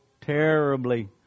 terribly